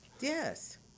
Yes